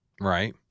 Right